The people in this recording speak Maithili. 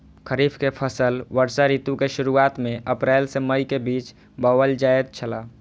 खरीफ के फसल वर्षा ऋतु के शुरुआत में अप्रैल से मई के बीच बौअल जायत छला